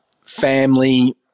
family